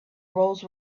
roles